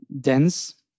dense